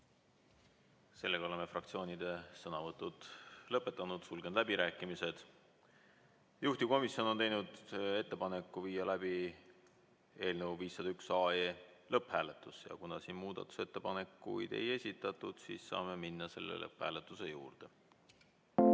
hääletada! Oleme fraktsioonide sõnavõtud lõpetanud. Sulgen läbirääkimised. Juhtivkomisjon on teinud ettepaneku viia läbi 501 AE lõpphääletus, ja kuna muudatusettepanekuid ei esitatud, saamegi minna lõpphääletuse juurde.